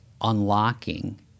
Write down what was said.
unlocking